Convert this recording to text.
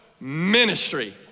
Ministry